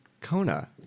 kona